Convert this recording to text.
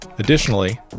Additionally